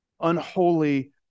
unholy